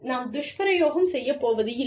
நாம் துஷ்பிரயோகம் செய்யப் போவதில்லை